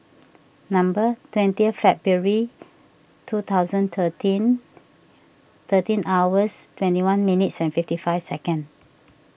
number twenty February two thousand thirteen thirteen hours twenty one minutes and fifty five second